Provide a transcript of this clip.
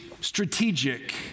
strategic